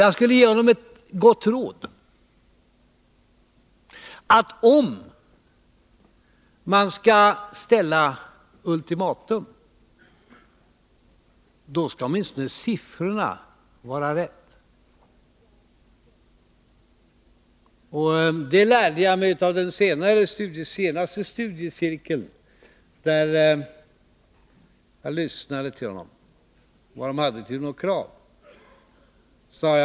Jag skulle vilja ge honom ett gott råd: Om man skall ställa ultimatum, då skall åtminstone siffrorna vara rätt. Det lärde jag mig av den senaste studiecirkeln, där jag lyssnade till Lars Werner och till de krav han hade.